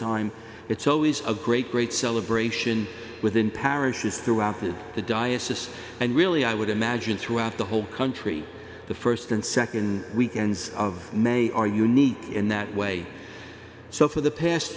time it's always a great great celebration within parishes throughout the diocese and really i would imagine throughout the whole country the st and nd weekends of may are unique in that way so for the past